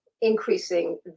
increasing